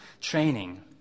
training